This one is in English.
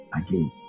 Again